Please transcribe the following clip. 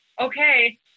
okay